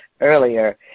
earlier